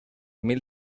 mil